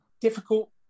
Difficult